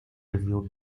review